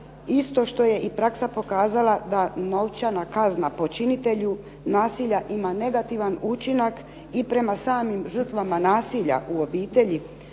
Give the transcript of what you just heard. Isto što je i praksa pokazala da novčana kazna počinitelju nasilja ima negativan učinak i prema samim žrtvama nasilja u obitelji,